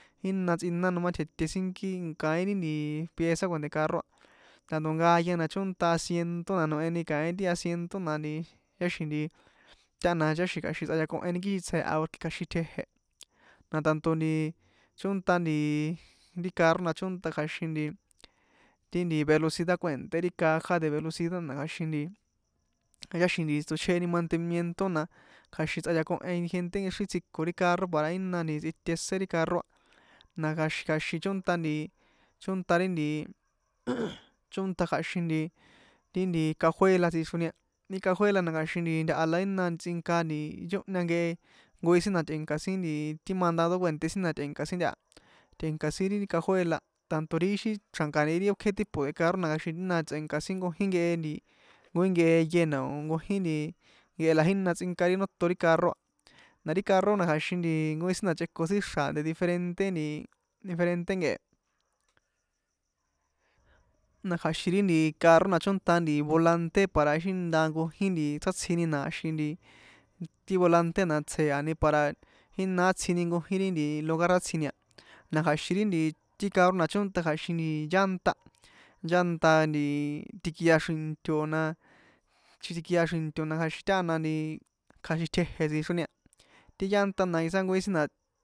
Jína tsꞌina nomá tjeté sínkí kaín ri pieza kuènté carro a tanto nkaya na chónta asiento a na noehni kaín ti asiento na ticháxin nti tána ticháxi̱n kja̱xin tsꞌayakoheni kii tsjeje̱ha porque kja̱xin tjeje̱ na tanto nti chónta nti ri carro na chónta kja̱xin nti ti nti velocidad kue̱nté ri caja de velocidad na kja̱xin nti ticháxi̱n nti tsochjeheni mantenimiento na kja̱xin tsꞌayakohen gente nkexrín tsjiko ri carro para jína tsꞌite isé ri carro a na kja̱xin chónta ri nti jjjjj chónta kja̱xin nti ti nti cajuela tsixroni a ti cajuela na kja̱xin nti ntaha na jína tsꞌinka nti nchóhan nkehe nkojín sin na tꞌe̱nka sin nti ti mandado kuènté sin na tꞌe̱nka sin ntaha tꞌe̱nka sin ri cajuela a tanto ri ixi xrja̱nká ri ókje tipo de carro na kja̱xin jína tsꞌenka sin nkojin nkehe nti njkojin nkehe iye na nkojin nti nkeh la jína tsꞌnka ri nóton ri carro a na ri carro na kja̱xin nti nkojin sin chꞌéko sin xra̱ de diferente nti diferente nkehe na kja̱xin ri carro na chónta volante para ixi jína nkojin sátsjini na kja̱xin nti ti volante na tsjéa̱ni para jina átsjini nkojin ri lugar átsjini na kja̱xin ti carro na ch´ŏnta kja̱xin llanta llanta nti tikia xri̱nto̱ na tikia xri̱nto na kja̱xin tána kja̱xin tjéje̱ tsixroni a ti llanta na quizás nkojin sin na.